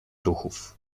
ruchów